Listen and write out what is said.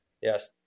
yes